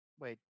Wait